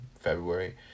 February